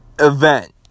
event